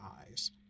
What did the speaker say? eyes